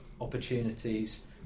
opportunities